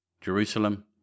Jerusalem